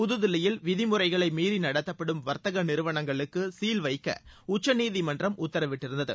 புதுதில்லியில் விதிமுறைகளை மீறி நடத்தப்படும் வர்த்தக நிறுவனங்களுக்கு சீல் வைக்க உச்சநீதிமன்றம் உத்தரவிட்டிருந்தது